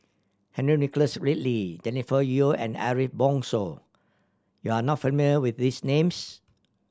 Henry Nicholas Ridley Jennifer Yeo and Ariff Bongso you are not familiar with these names